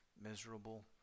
miserable